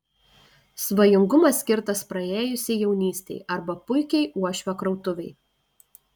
svajingumas skirtas praėjusiai jaunystei arba puikiai uošvio krautuvei